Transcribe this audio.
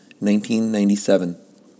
1997